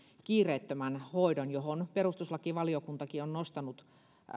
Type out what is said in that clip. kiireettömän hoidon josta perustuslakivaliokuntakin on nostanut